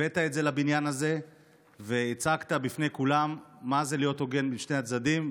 הבאת את זה לבניין הזה והצגת בפני כולם מה זה להיות הוגן עם שני הצדדים.